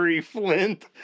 Flint